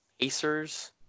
Pacers